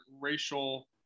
racial